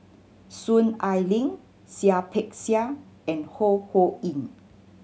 Soon Ai Ling Seah Peck Seah and Ho Ho Ying